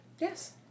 Yes